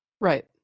Right